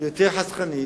יותר חסכנית.